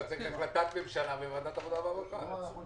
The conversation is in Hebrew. זאת החלטת ממשלה וועדת עבודה ורווחה.